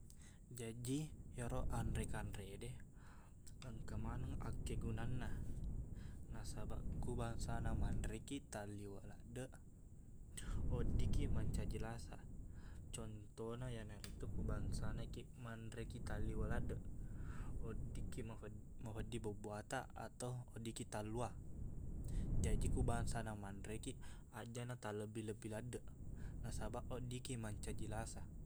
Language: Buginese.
Jaji ero anre-kanrede engka maneng akkegunanna nasabaq ku bangsana manrekiq talliweq laddeq weddikkiq mancaji lasa contohna iyanaritu ku bangsanakiq manrekiq talliweq laddeq weddikkiq mafed- mafeddiq bebbuwataq atau weddikkiq talluwa jaji ku bangsana manrekiq ajjana tallebbi-lebbi laddeq nasabaq weddikki mancaji lasa